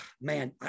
man